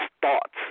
thoughts